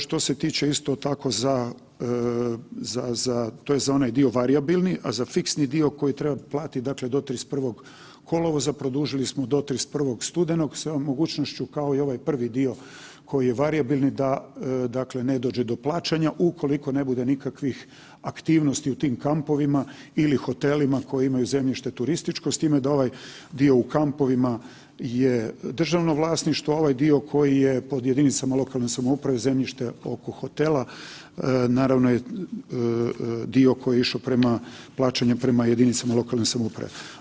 Što se tiče isto tako za, za, za, to je za onaj dio varijabilni, a za fiksni dio koji treba platit, dakle do 31. kolovoza produžili smo do 31. studenog sa mogućnošću kao i ovaj prvi dio koji je varijabilni da, dakle ne dođe do plaćanja ukoliko ne bude nikakvih aktivnosti u tim kampovima ili hotelima koji imaju zemljište turističko s time da ovaj dio u kampovima je državno vlasništvo, a ovaj dio koji je pod jedinicama lokalne samouprave, zemljište oko hotela, naravno je dio koji je išao prema, plaćanje prema jedinicama lokalne samouprave.